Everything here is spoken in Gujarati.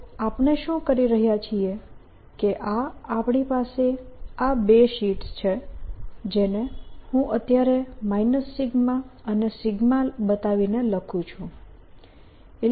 તો આપણે શું કરી રહ્યા છીએ કે આ આપણી પાસે આ બે શીટ્સ છે જેને હું અત્યારે અને બતાવીને લખું છું